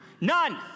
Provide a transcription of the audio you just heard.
None